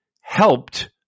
helped